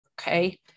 okay